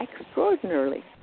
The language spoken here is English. extraordinarily